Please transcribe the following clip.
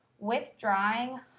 withdrawing